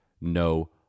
no